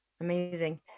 Amazing